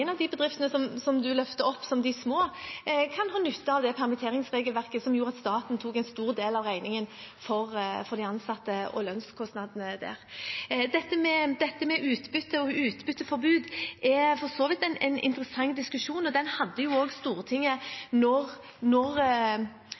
løfter fram som de små, kan dra nytte av permitteringsregelverket, som gjorde at staten tok en god del av regningen for de ansatte og lønnskostnadene der. Dette med utbytte og utbytteforbud er for så vidt en interessant diskusjon, og den hadde